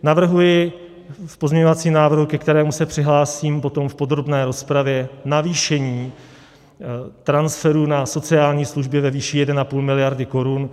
Navrhuji v pozměňovacím návrhu, ke kterému se přihlásím potom v podrobné rozpravě, navýšení transferu na sociální služby ve výši 1,5 miliardy korun.